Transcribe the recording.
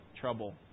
trouble